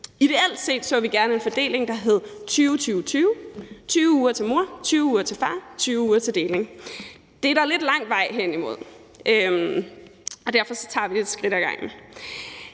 Ideelt set så vi gerne en fordeling, der hed 20-20-20, altså 20 uger til moren, 20 uger til faren og 20 uger til deling. Det er der lidt lang vej hen imod, og derfor tager vi et skridt ad gangen.